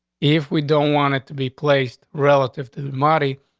if we don't want it to be placed relative, mahdi,